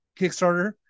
kickstarter